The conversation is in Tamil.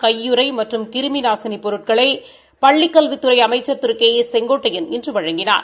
கையுறை மற்றும் கிருமி நாசினி பொருட்களை பள்ளிக்கல்வித்துறை அமைச்சர் திரு கே ஏ செங்கோட்டையன் இன்று வழங்கினார்